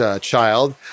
child